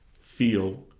feel